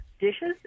dishes